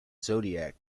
zodiac